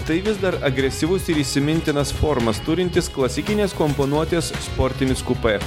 tai vis dar agresyvus ir įsimintinas formas turintis klasikinės komponuotės sportinis kupė